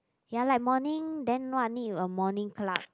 ya like morning then what need you a morning club